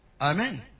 Amen